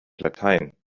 latein